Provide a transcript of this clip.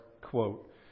quote